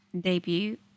debut